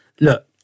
look